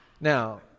now